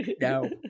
no